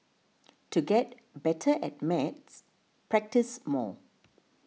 to get better at maths practise more